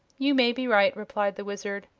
you may be right, replied the wizard,